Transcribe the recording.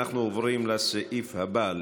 אנחנו עוברים לסעיף הבא,